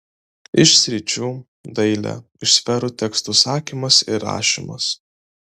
iš sričių dailė iš sferų tekstų sakymas ir rašymas